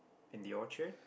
and the Orchid